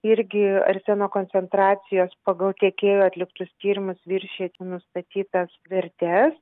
irgi arseno koncentracijos pagal tiekėjo atliktus tyrimus viršija nustatytas vertes